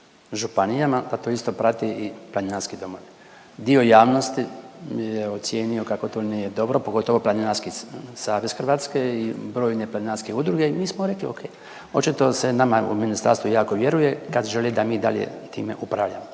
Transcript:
županija da to isto prati i planinarski domovi. Dio javnosti je ocijenio kako to nije dobro pogotovo Planinarski savez Hrvatske i brojne planinarske udruge i mi smo rekli o.k. Očito se nama u ministarstvu jako vjeruje kad želi da mi dalje time upravljamo.